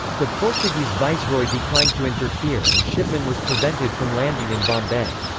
the portuguese viceroy declined to interfere and shipman was prevented from landing in bombay.